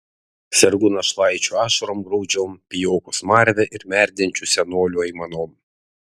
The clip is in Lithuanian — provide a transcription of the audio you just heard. sergu našlaičių ašarom graudžiom pijokų smarve ir merdinčių senolių aimanom